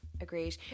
agreed